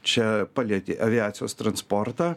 čia palietė aviacijos transportą